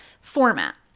format